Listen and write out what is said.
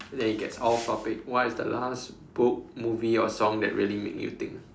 then it gets off topic what is the last book movie or song that really make you think